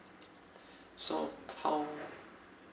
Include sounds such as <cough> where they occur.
<noise> so how